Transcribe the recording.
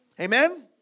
Amen